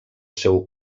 seu